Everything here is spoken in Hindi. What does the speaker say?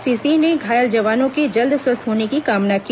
श्री सिंह ने घायल जवानों के जल्द स्वस्थ होने की कामना की